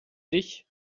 dich